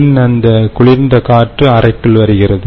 பின் அந்த குளிர்ந்த காற்று அறைக்குள் வருகிறது